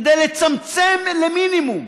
כדי לצמצם למינימום.